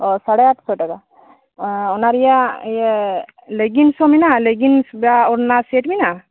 ᱚᱻ ᱥᱟᱲᱮ ᱟᱴ ᱥᱚ ᱴᱟᱠᱟ ᱚᱱᱟ ᱨᱮᱭᱟᱜᱤᱭᱟᱹ ᱞᱮᱜᱤᱱᱥ ᱦᱚᱸ ᱢᱮᱱᱟᱜᱼᱟ ᱞᱮᱜᱤᱱᱥ ᱵᱟ ᱳᱲᱱᱟ ᱥᱮᱴ ᱢᱮᱱᱟᱜᱼᱟ